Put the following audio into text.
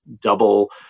double